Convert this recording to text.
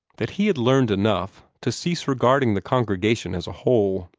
that he had learned enough to cease regarding the congregation as a whole.